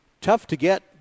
tough-to-get